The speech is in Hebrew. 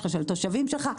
של התושבים שלך,